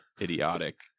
idiotic